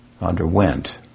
underwent